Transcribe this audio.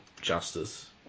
justice